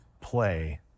play